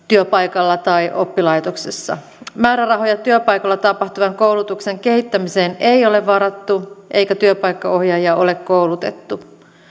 työpaikalla tai oppilaitoksessa määrärahoja työpaikalla tapahtuvan koulutuksen kehittämiseen ei ole varattu eikä työpaikkaohjaajia ole koulutettu